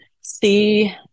see